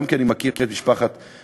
גם כי אני מכיר את משפחת רוניס,